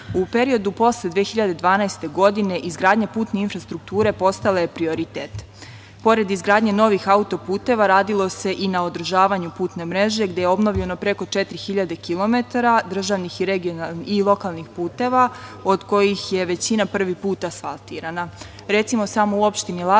periodu posle 2012. godine izgradnja putne infrastrukture postala je prioritet. Pored izgradnje novih auto-puteva, radilo se i na održavanju putne mreže, gde je obnovljeno preko 4.000 km državnih i lokalnih puteva, od kojih je većina prvi put asfaltirana. Recimo, samo u opštini Lazarevac,